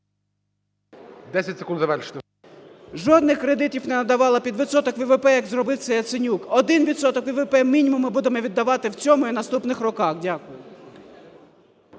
жодних кредитів не надавала під відсоток ВВП, як це зробив Яценюк. Один відсоток ВВП мінімум ми будемо віддавати в цьому і в наступних роках. Дякую.